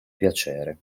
piacere